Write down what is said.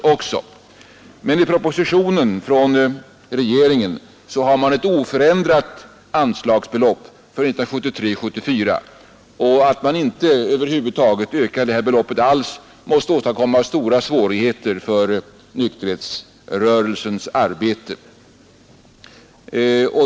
I regeringens proposition är dock anslagsbeloppet oförändrat för 1973/74. Att beloppet inte ökats alls måste åstadkomma stora svårigheter för nykterhetsrörelsens arbete.